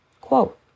Quote